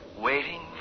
Waiting